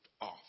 off